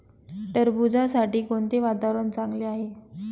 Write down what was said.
टरबूजासाठी कोणते वातावरण चांगले आहे?